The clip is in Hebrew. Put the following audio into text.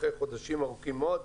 אחרי חודשים ארוכים מאוד,